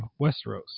Westeros